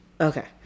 Okay